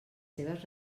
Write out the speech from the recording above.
seves